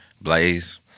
Blaze